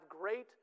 great